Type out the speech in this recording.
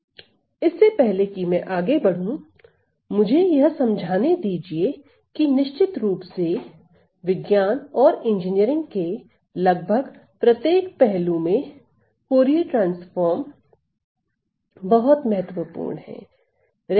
g इससे पहले कि मैं आगे बढूँ मुझे यह समझाने दीजिए की निश्चित रूप से विज्ञान और इंजीनियरिंग के लगभग प्रत्येक पहलू में फूरिये ट्रांसफार्म बहुत महत्वपूर्ण है